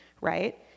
right